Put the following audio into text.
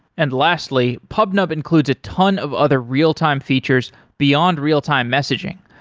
and lastly, pubnub includes a ton of other real-time features beyond real-time messaging,